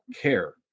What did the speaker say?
care